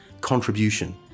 contribution